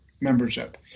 membership